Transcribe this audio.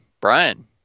Brian